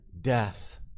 death